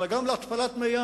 אלא גם התפלת מי-ים,